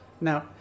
Now